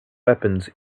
weapons